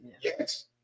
yes